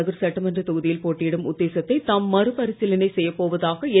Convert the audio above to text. நகர் சட்டமன்ற தொகுதியில் போட்டியிடும் காமராஜர் உத்தேசத்தை தாம் மறுபரிசீலனை செய்ய போவதாக என்